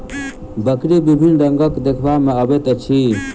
बकरी विभिन्न रंगक देखबा मे अबैत अछि